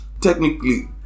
Technically